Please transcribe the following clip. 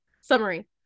Summary